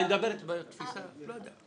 היא מדברת על תפיסה, לא יודע.